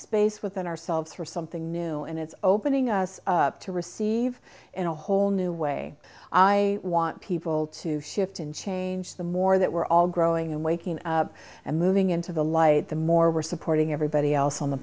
space within ourselves for something new and it's opening us up to receive in a whole new way i want people to shift and change the more that we're all growing in waking up and moving into the light the more we're supporting everybody else on the